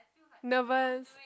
nervous